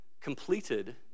completed